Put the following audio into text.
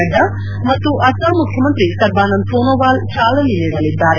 ನಡ್ಡಾ ಮತ್ತು ಅಸ್ಲಾಂ ಮುಖ್ಯಮಂತ್ರಿ ಸರ್ಬಾನಂದ್ ಸೋನೊವಾಲ್ ಚಾಲನೆ ನೀಡಲಿದ್ದಾರೆ